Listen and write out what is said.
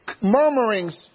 murmurings